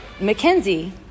Mackenzie